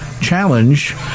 challenge